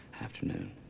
afternoon